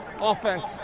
Offense